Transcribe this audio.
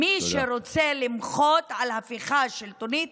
מי שרוצה למחות על הפיכה שלטונית,